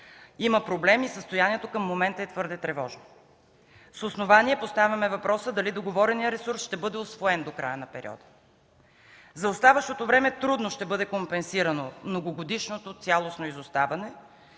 има проблем и състоянието към момента е твърде тревожно. С основание поставяме въпроса дали договореният ресурс ще бъде усвоен до края на периода. За оставащото време трудно ще бъде компенсирано многогодишното цялостно изоставане,